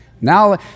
Now